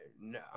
no